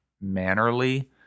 mannerly